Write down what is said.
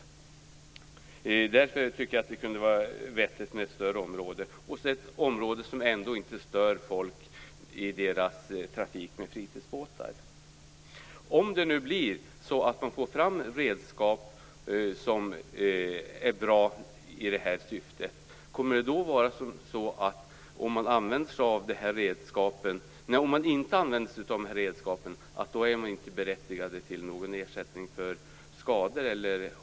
Det är därför jag tycker att det kunde vara vettigt med ett större område, men ett område som ändå inte stör folk i deras trafik med fritidsbåtar. Om man får fram redskap som är bra i det här syftet, kommer det då att vara på det sättet att om man inte använder sig av dem blir man inte berättigad till någon ersättning för skador?